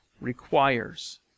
requires